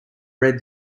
read